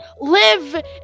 live